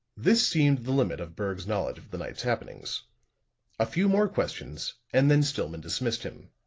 this seemed the limit of berg's knowledge of the night's happenings a few more questions and then stillman dismissed him.